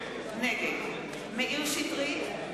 נגד מאיר שטרית,